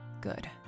Good